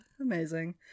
Amazing